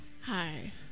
Hi